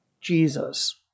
Jesus